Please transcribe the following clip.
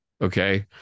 Okay